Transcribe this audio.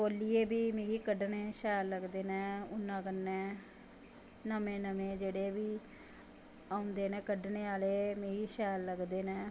चौल्लियें बी मिगी कड्डनें सैल लगदे नै उन्नां कन्नैं नमें नमें जेह्ड़े बी औंदे नै कड्डनें आह्ले मिगी शैल लगदे नै